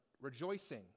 Rejoicing